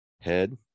head